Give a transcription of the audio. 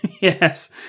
Yes